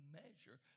measure